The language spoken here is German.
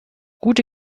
gute